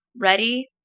Ready